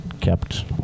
kept